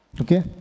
Okay